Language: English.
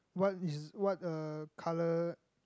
what is what uh colour